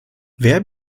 wer